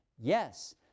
Yes